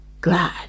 glad